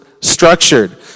structured